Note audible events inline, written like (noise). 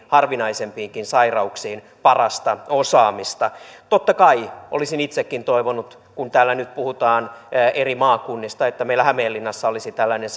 harvinaisimpiinkin sairauksiin parasta osaamista totta kai olisin itsekin toivonut kun täällä nyt puhutaan eri maakunnista että meillä hämeenlinnassa olisi tällainen (unintelligible)